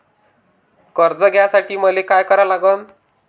कर्ज घ्यासाठी मले का करा लागन?